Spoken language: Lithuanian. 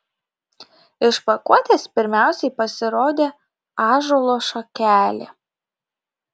iš pakuotės pirmiausiai pasirodė ąžuolo šakelė